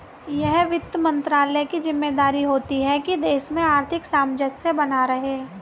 यह वित्त मंत्रालय की ज़िम्मेदारी होती है की देश में आर्थिक सामंजस्य बना रहे